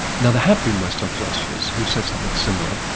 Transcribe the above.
now there have been western philosophers who've said something similar,